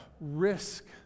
Risk